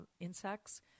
insects